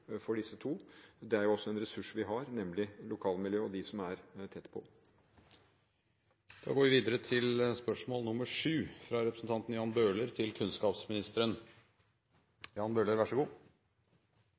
for disse to. Det er også en ressurs vi har, nemlig lokalmiljøet og dem som er tett på. «Det har stadig vært reist debatt om hvordan reglene for fritak fra